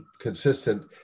consistent